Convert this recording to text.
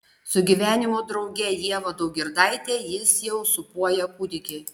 su gyvenimo drauge ieva daugirdaite jis jau sūpuoja kūdikį